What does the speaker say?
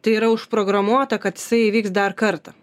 tai yra užprogramuota kad jisai įvyks dar kartą